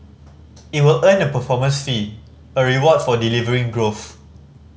it will earn a performance fee a reward for delivering growth